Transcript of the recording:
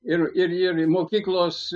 ir ir ir mokyklos